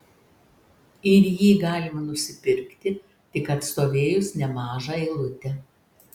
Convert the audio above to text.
ir jį galima nusipirkti tik atstovėjus nemažą eilutę